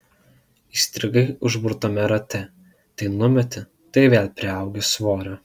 įstrigai užburtame rate tai numeti tai vėl priaugi svorio